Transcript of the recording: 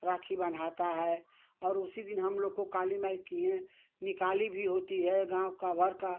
राखी बंधाता है और उसी दिन हम लोग को काली माई कि हैं निकाली भी होती है गाँव का भरता